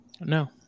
No